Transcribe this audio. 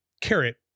carrot